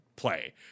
Play